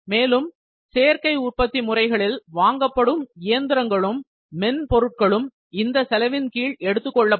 மேலும் சேர்க்கை உற்பத்தி முறைகளில் வாங்கப்படும் இயந்திரங்களும் மென்பொருட்களும் இந்த செலவின் கீழ் எடுத்துக்கொள்ளப்படும்